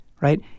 right